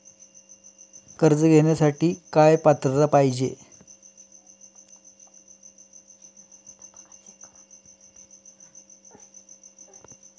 कर्ज घेण्यासाठी काय पात्रता पाहिजे?